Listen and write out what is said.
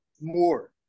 more